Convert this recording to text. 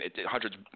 hundreds